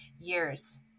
years